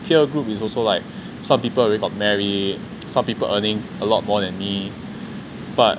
peer group is also like some people got married some people earning a lot more than me but